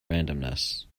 randomness